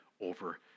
over